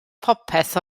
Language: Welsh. popeth